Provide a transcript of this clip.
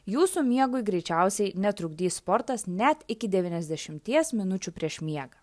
jūsų miegui greičiausiai netrukdys sportas net iki devyniasdešimties minučių prieš miegą